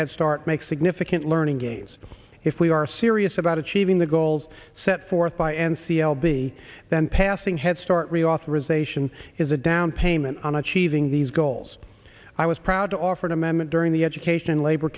head start make significant learning gains if we are serious about achieving the goals set forth by n c l b than passing head start reauthorization is a down payment on achieving these goals i was proud to offer an amendment during the education labor